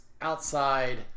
outside